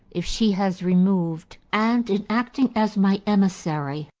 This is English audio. if she has removed, and in acting as my emissary,